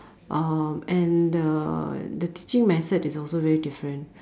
uh and the the teaching method is also very different